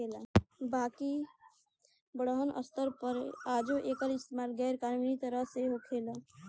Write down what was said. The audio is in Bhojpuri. बाकिर बड़हन स्तर पर आजो एकर इस्तमाल गैर कानूनी तरह से होखेला